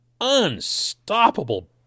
unstoppable